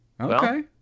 okay